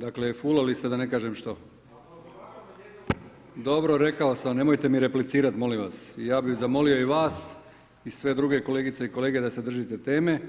Dakle fulali ste da ne kažem što. … [[Upadica se ne čuje.]] Dobro, rekao sam, nemojte mi replicirat molim vas, ja bih zamolio i vas i sve druge kolegice i kolege da se držite teme,